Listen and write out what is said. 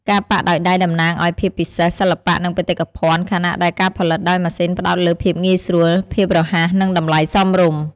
ការប៉ាក់ដោយដៃតំណាងឱ្យភាពពិសេស សិល្បៈ និងបេតិកភណ្ឌ ខណៈដែលការផលិតដោយម៉ាស៊ីនផ្តោតលើភាពងាយស្រួល ភាពរហ័ស និងតម្លៃសមរម្យ។